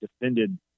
defended